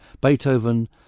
Beethoven